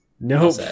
Nope